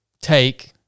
take